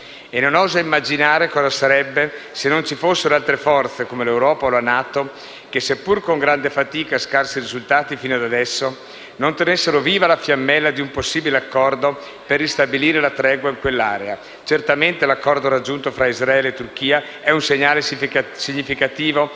Non oso immaginare cosa succederebbe se non ci fossero altre forze, come l'Europa o la NATO che, seppur con grande fatica e - fino adesso - scarsi risultati, non tenessero viva la fiammella di un possibile accordo per ristabilire la tregua in quell'area. Certamente l'accordo raggiunto tra Israele e Turchia è un segnale significativo